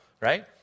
Right